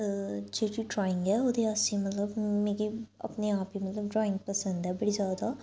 जेह्ड़ी ड्राइंग ऐ ओह्दे आस्तै मतलब मिगी अपने आप गी मतलब ड्राइंग पसंद ऐ बड़ी ज्यादा